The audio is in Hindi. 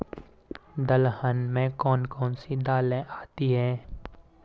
दलहन में कौन कौन सी दालें आती हैं?